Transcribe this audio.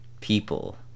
people